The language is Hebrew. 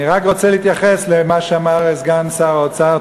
אני רק רוצה להתייחס למה שאמר סגן שר האוצר.